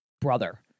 brother